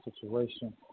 situation